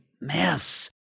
mess